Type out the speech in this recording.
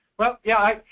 well, yeah,